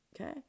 Okay